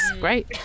great